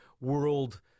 world